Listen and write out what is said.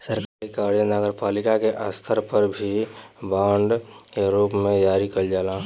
सरकारी कर्जा नगरपालिका के स्तर पर भी बांड के रूप में जारी कईल जाला